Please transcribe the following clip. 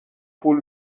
پول